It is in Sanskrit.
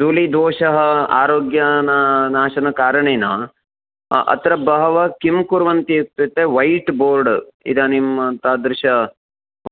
धूलीदोषः आरोग्यस्य ना नाशनकारणेन अत्र बहवः किं कुर्वन्ति इत्युक्ते वैट् बोर्ड् इदानीं तादृशस्य